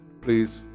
please